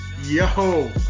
Yo